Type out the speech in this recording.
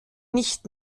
nicht